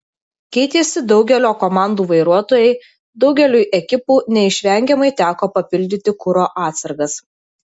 keitėsi daugelio komandų vairuotojai daugeliui ekipų neišvengiamai teko papildyti kuro atsargas